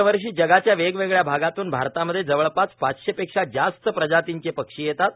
दरवर्षी जगाच्या वेगवेगळ्या भागांतून भारतामध्ये जवळपास पाचशेपेक्षा जास्त प्रजातींचे पक्षी येतात